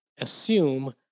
assume